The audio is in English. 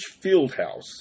Fieldhouse